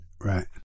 right